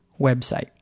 website